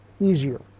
easier